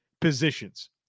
positions